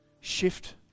Shift